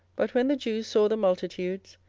but when the jews saw the multitudes,